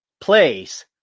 place